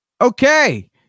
Okay